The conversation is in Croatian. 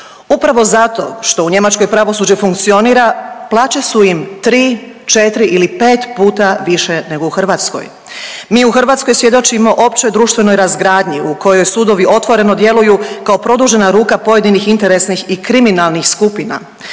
Upravo zato što u Njemačkoj pravosuđe funkcionira plaće su im 3, 4 ili 5 puta više nego u Hrvatskoj. Mi u Hrvatskoj svjedočimo općoj društvenoj razgradnji u kojoj sudovi otvoreno djeluju kao produžena ruka pojedinih interesnih i kriminalnih skupina.